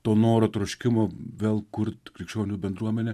to noro troškimo vėl kurt krikščionių bendruomenę